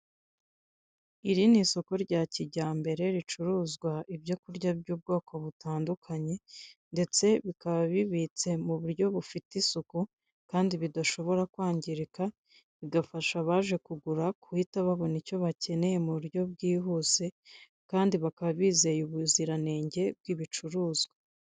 Iri ni isoko rya kijyambere ricuruzwa ibyo kurya by'ubwoko butandukanye, ndetse bikaba bibitse mu buryo bufite isuku, kandi bidashobora kwangirika bigafasha abaje kugura guhita babona icyo bakeneye mu buryo bwihuse kandi bakaba bizeye ubuziranenge bw'ibicuruzwa.